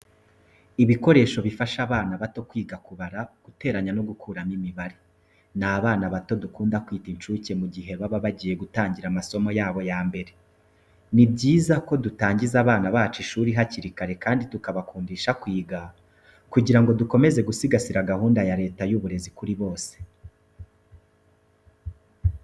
Ibikoresho bifasha abana bato kwiga kubara, guteranya no gukuramo imibare. Ni abana bato dukunda kwita incuke mu gihe baba bagiye gutangira amasomo yabo ya mbere. Ni byiza ko dutangiza abana bacu ishuri hakiri kare kandi tukabakundisha kwiga kugirango dukomeze gusigasira gahunda ya Leta y'uburezi kuri bose.